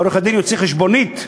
ועורך-הדין יוציא חשבונית,